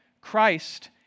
Christ